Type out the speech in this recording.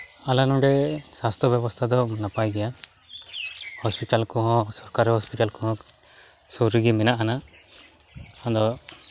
ᱟᱞᱮ ᱱᱚᱸᱰᱮ ᱥᱟᱥᱛᱷᱚ ᱵᱮᱵᱚᱥᱛᱷᱟ ᱫᱚ ᱟᱹᱰᱤ ᱱᱟᱯᱟᱭ ᱜᱮᱭᱟ ᱦᱚᱸᱥᱯᱤᱴᱟᱞ ᱠᱚᱦᱚᱸ ᱥᱚᱨᱠᱟᱨᱤ ᱦᱚᱸᱥᱯᱤᱴᱟᱞ ᱠᱚᱦᱚᱸ ᱥᱩᱨ ᱨᱮᱜᱮ ᱢᱮᱱᱟᱜ ᱟᱱᱟ ᱟᱫᱚ